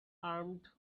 armed